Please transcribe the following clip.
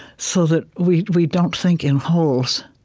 so that we we don't think in wholes.